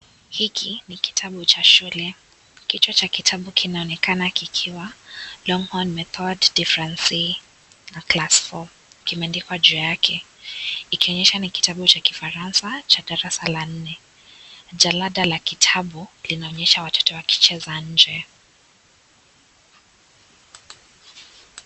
Hiki ni kitabu cha shule. Kichwa cha kitabu kinaonekana kikiwa Longhorn Mentor de Ference na class four kimeandikwa juu yake ikionyesha ni kitabu cha kifaransa cha darasa la nne. Jalada la kitabu linaonyesha watoto wakicheza nje.